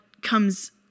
comes